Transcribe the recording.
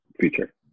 future